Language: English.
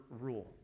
rule